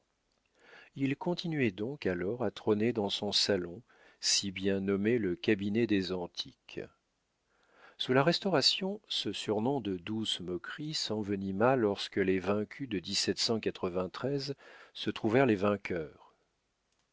il continuait donc alors à trôner dans son salon si bien nommé le cabinet des antiques sous la restauration ce surnom de douce moquerie s'envenima lorsque les vaincus de se trouvèrent les vainqueurs